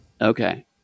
okay